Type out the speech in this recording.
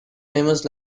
famous